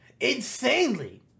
Insanely